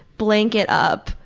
blanket up,